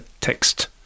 text